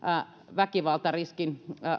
väkivaltariskin